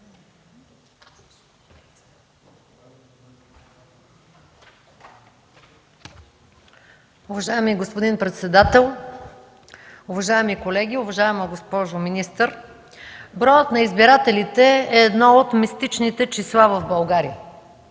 броят на избирателите е едно от мистичните числа в България